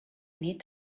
need